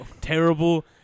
terrible